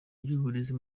ry’uburezi